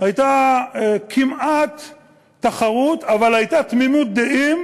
הייתה כמעט תחרות, אבל הייתה תמימות דעים